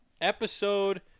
episode